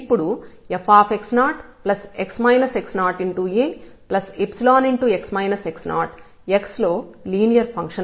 ఇప్పుడు fAϵx x0 x లో linear function అవుతుంది